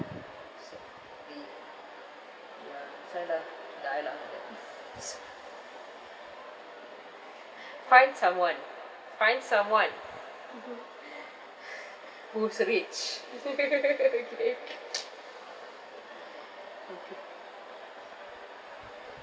s~ v~ ya that's why lah die lah find someone find someone who's rich okay okay